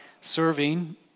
serving